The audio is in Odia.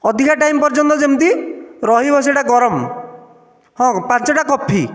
ଅଧିକା ଟାଇମ୍ ପର୍ଯ୍ୟନ୍ତ ଯେମିତି ରହିବ ସେ'ଟା ଗରମ ହଁ ପାଞ୍ଚଟା କଫି